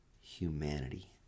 humanity